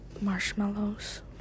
Marshmallows